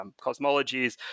cosmologies